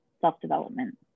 self-development